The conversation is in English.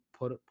put